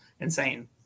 insane